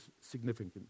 significant